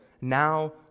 Now